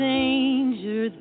danger